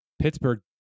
Pittsburgh